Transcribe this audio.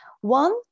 One